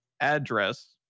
address